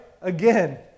Again